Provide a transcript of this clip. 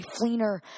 Fleener